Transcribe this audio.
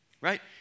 Right